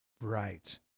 Right